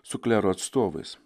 su klero atstovais